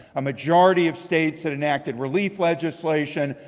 a majority of states that enacted relief legislation,